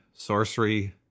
sorcery